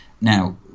Now